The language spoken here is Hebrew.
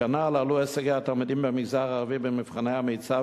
וכנ"ל עלו הישגי התלמידים במגזר הערבי במבחני המיצ"ב